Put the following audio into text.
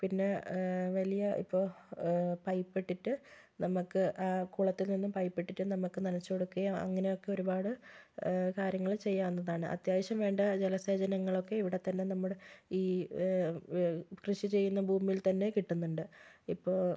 പിന്നെ വലിയ ഇപ്പോൾ പൈപ്പ് ഇട്ടിട്ട് നമ്മൾക്ക് ആ കുളത്തില് നിന്ന് പൈപ്പിട്ടിട്ട് നമ്മൾക്ക് നനച്ചു കൊടുക്കുകയോ അങ്ങനെയൊക്കെ ഒരുപാട് കാര്യങ്ങള് ചെയ്യാവുന്നതാണ് അത്യവശ്യം വേണ്ട ജലസേചനങ്ങളൊക്കെ ഇവിടെ തന്നെ നമ്മുടെ ഈ കൃഷി ചെയ്യുന്ന ഭൂമിയില് തന്നെ കിട്ടുന്നുണ്ട് ഇപ്പോൾ